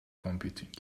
computing